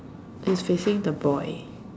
is facing the boy